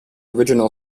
original